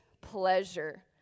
pleasure